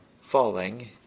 falling